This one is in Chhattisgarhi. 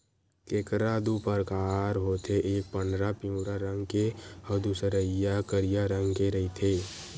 केंकरा दू परकार होथे एक पंडरा पिंवरा रंग के अउ दूसरइया करिया रंग के रहिथे